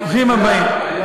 ברוכים הבאים.